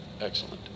Excellent